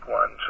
one